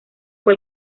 fue